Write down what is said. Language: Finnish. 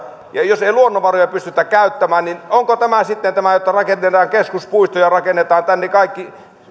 ja jos ei luonnonvaroja pystytä käyttämään niin onko sitten tämä että rakennetaan keskuspuistoja rakennetaan tänne kaikki